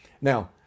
Now